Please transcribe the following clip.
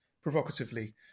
provocatively